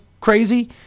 crazy